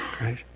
Right